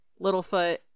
littlefoot